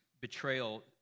betrayal